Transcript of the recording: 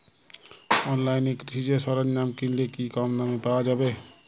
অনলাইনে কৃষিজ সরজ্ঞাম কিনলে কি কমদামে পাওয়া যাবে?